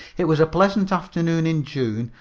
it was a pleasant afternoon in june,